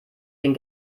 den